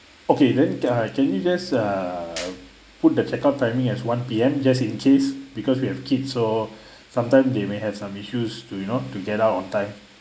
okay then can I can you just err put the check out timing as one P_M just in case because we have kids so sometimes they may have some issues to you know to get out on time